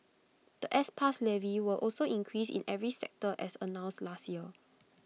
The S pass levy will also increase in every sector as announced last year